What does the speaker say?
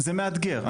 זה מאתגר,